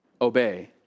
obey